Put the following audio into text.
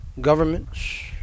governments